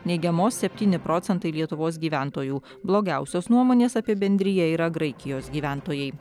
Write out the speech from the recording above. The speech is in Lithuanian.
neigiamos septyni procentai lietuvos gyventojų blogiausios nuomonės apie bendriją yra graikijos gyventojai